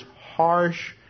harsh